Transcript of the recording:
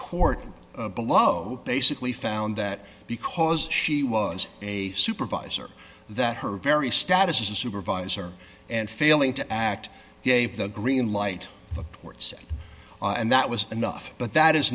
court below basically found that because she was a supervisor that her very status as a supervisor and failing to act gave the green light the ports and that was enough but that is